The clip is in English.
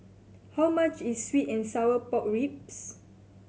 how much is sweet and sour pork ribs